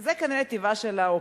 זה כנראה טבעה של האופוזיציה.